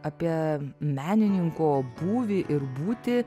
apie menininko būvį ir būtį